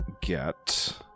get